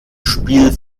spiel